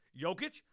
Jokic